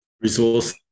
resource